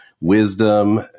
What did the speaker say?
wisdom